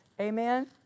amen